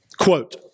Quote